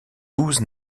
douze